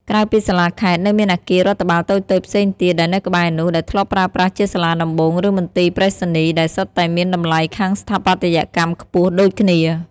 ក្រៅពីសាលាខេត្ត នៅមានអគាររដ្ឋបាលតូចៗផ្សេងទៀតដែលនៅក្បែរនោះ ដែលធ្លាប់ប្រើប្រាស់ជាសាលាដំបូង ឬមន្ទីរប្រៃសណីយ៍ ដែលសុទ្ធតែមានតម្លៃខាងស្ថាបត្យកម្មខ្ពស់ដូចគ្នា។